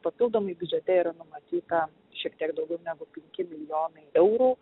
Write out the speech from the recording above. papildomai biudžete yra numatyta šiek tiek daugiau negu penki milijonai eurų